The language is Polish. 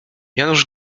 janusz